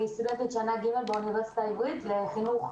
אני סטודנטית בשנה ג' באוניברסיטה העברית לחינוך,